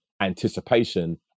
anticipation